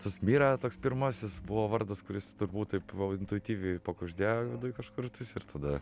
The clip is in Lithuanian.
tas mira toks pirmasis buvo vardas kuris turbūt taip intuityviai pakuždėjo viduj kažkur tais ir tada